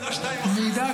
בעזרת השם,